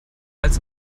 als